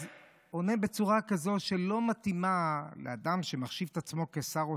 אז הוא עונה בצורה כזאת שלא מתאימה לאדם שמחשיב את עצמו לשר אוצר: